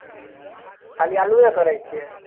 हुँ खाली अल्लुए करै छिए